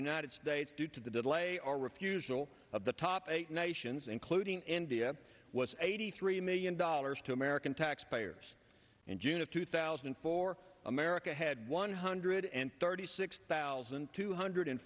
united states due to the delay or refusal of the top eight nations including india was eighty three million dollars to american taxpayers in june of two thousand and four america had one hundred and thirty six thousand two hundred